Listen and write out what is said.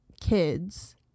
kids